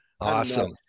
Awesome